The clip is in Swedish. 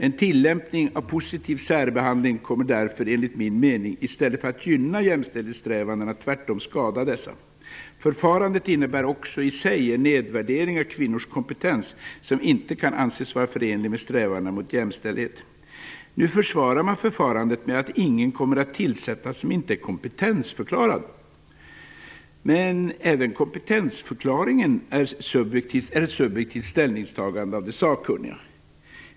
En tillämpning av positiv särbehandling kommer därför, enligt min mening, i stället för att gynna jämställdhetssträvandena tvärtom att skada dessa. Förfarandet innebär också i sig en nedvärdering av kvinnors kompetens, som inte kan anses vara förenlig med strävandena mot jämställdhet. Nu försvarar man förfarandet med att ingen kommer att tillsättas som inte är kompetensförklarad. Men även kompetensförklaringen är ett subjektivt ställningstagande av de sakkunniga.